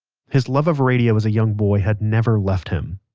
his love of radio as a young boy had never left him.